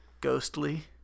ghostly